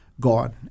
gone